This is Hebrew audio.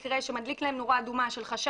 כפי שידוע לכן המדינה בהקפאה ולכן